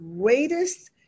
greatest